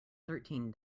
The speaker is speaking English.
thirteen